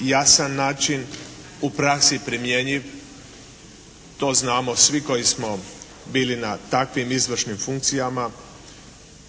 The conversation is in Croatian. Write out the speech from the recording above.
jasan način u praksi primjenjiv, to znamo svi koji smo bili na takvim izvršnim funkcijama.